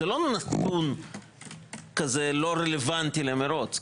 זה לא נתון לא רלוונטי למרוץ.